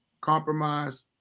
compromise